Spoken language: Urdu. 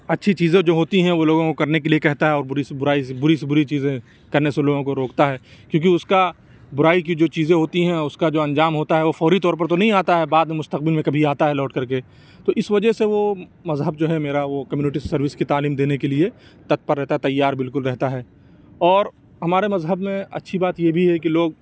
اچھی چیزیں جو ہوتی ہیں وہ لوگوں کو کرنے کے لیے کہتا ہے اور بُری سے بُرائی سے بُری سے بُری چیزیں کرنے سے لوگوں کو روکتا ہے کیوں کہ اُس کا بُرائی کی جو چیزیں ہوتی ہیں اس کا جو انجام ہوتا ہے وہ فوری طور پر تو نہیں آتا ہے بعد میں مستقبل میں کبھی آتا ہے لوٹ کر کے تو اِس وجہ سے وہ مذہب جو ہے میرا وہ کمیونٹی سروس کی تعلیم دینے کے لیے تتپر رہتا تیار بالکل رہتا ہے اور ہمارے مذہب میں اچھی یہ بھی ہے کہ لوگ